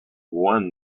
won